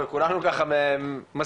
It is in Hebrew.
וכולנו ככה מסכימים,